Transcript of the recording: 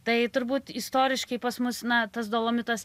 tai turbūt istoriškai pas mus na tas dolomitas